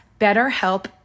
BetterHelp